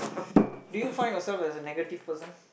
do you find yourself as a negative person